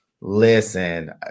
Listen